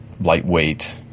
lightweight